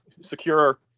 secure